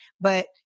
But-